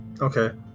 Okay